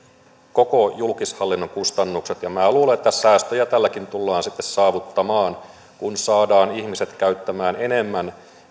koko julkishallinnon kustannukset minä luulen että säästöjä tälläkin tullaan sitten saavuttamaan kun saadaan ihmiset käyttämään enemmän